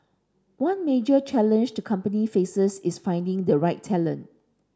one major challenge the company faces is finding the right talent